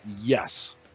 yes